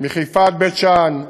מחיפה עד בית-שאן,